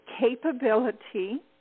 capability